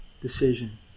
decision